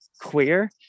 queer